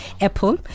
Apple